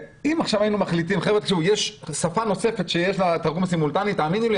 אם היינו מחליטים שיש שפה נוספת שיש לה תרגום סימולטני תאמינו לי,